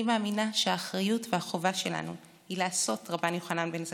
אני מאמינה שהאחריות והחובה שלנו היא לעשות רבן יוחנן בן זכאי: